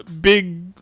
big